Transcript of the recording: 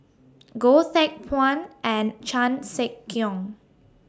Goh Teck Phuan and Chan Sek Keong